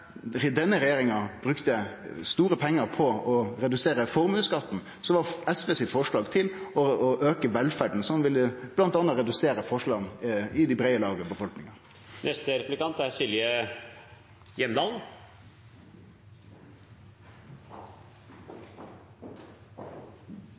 denne regjeringa brukte store pengar på å redusere formuesskatten, var SVs forslag å auke velferda, som ville bl.a. redusert forskjellane i dei breie laga av befolkninga. Jeg er